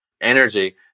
energy